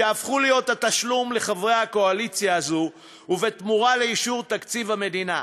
שהפכו להיות התשלום לחברי הקואליציה הזאת בתמורה לאישור תקציב המדינה.